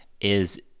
is-